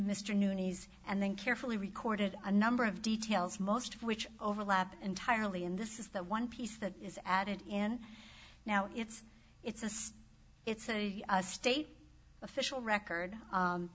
mr new knees and then carefully recorded a number of details most of which overlap entirely in this is the one piece that is added in now it's it's a state it's a state official record